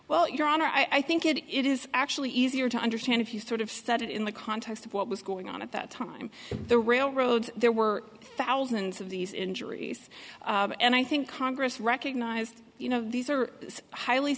well your honor i think it is actually easier to understand if you sort of studied in the context of what was going on at that time the railroad there were thousands of these injuries and i think congress recognized you know these are highly